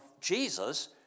Jesus